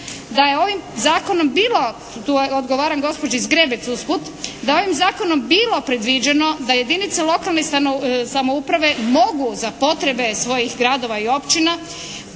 da je ovim zakonom bilo, odgovaram gospođi Zgrebec usput. Da je ovim zakonom bilo predviđeno da jedinica lokalne samouprave mogu za potrebe svojih gradova i općina